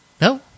No